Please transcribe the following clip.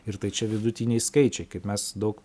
ir tai čia vidutiniai skaičiai kaip mes daug